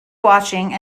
watching